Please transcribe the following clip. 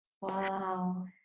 Wow